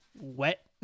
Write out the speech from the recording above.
wet